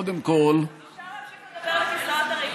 קודם כול, אפשר להמשיך לדבר אל הכיסאות הריקים.